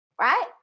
right